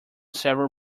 several